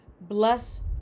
bless